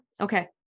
okay